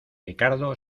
ricardo